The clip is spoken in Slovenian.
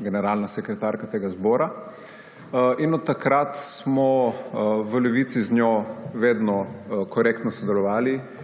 generalna sekretarka zbora in od takrat smo v Levici z njo vedno korektno sodelovali.